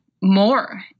more